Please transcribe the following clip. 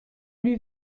lui